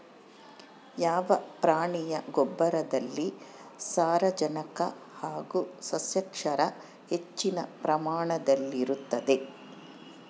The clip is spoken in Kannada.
ಯಾವ ಪ್ರಾಣಿಯ ಗೊಬ್ಬರದಲ್ಲಿ ಸಾರಜನಕ ಹಾಗೂ ಸಸ್ಯಕ್ಷಾರ ಹೆಚ್ಚಿನ ಪ್ರಮಾಣದಲ್ಲಿರುತ್ತದೆ?